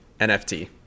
NFT